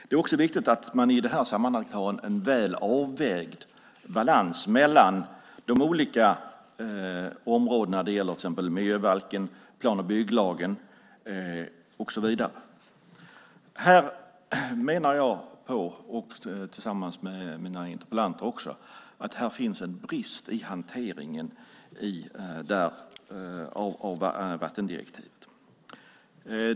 Det är också viktigt att man i det här sammanhanget har en väl avvägd balans mellan de olika områdena när det gäller miljöbalken, plan och bygglagen och så vidare. Här menar jag tillsammans med mina meddebattörer i interpellationsdebatten att det finns en brist i hanteringen av vattendirektivet.